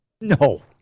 No